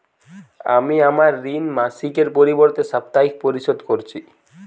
আমি আমার ঋণ মাসিকের পরিবর্তে সাপ্তাহিক পরিশোধ করছি